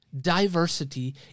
diversity